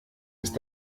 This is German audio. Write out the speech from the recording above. ist